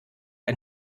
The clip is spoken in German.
ein